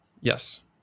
Yes